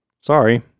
sorry